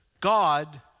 God